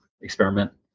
experiment